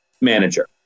manager